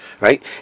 right